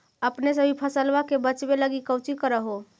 अपने सभी फसलबा के बच्बे लगी कौची कर हो?